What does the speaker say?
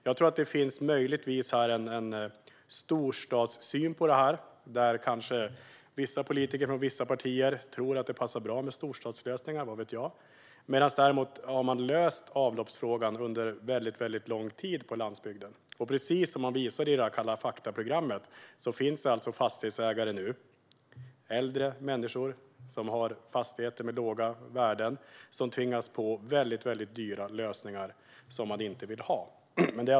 Jag tror att det möjligtvis finns en storstadssyn på detta. Kanske vissa politiker från vissa partier tror att det passar bra med storstadslösningar - vad vet jag - medan man har löst avloppsfrågan under lång tid på landsbygden. Precis som visades i programmet Kalla fakta finns det fastighetsägare - äldre människor som har fastigheter med låga värden - som blir påtvingade väldigt dyra lösningar som de inte vill ha.